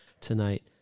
tonight